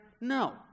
No